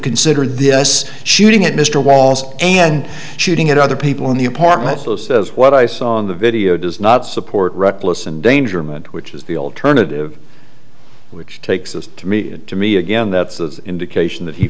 considered this shooting at mr wallace and shooting at other people in the apartment so says what i saw on the video does not support reckless endangerment which is the alternative which takes us to me it to me again that's the indication that he